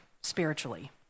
spiritually